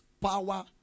power